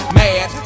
mad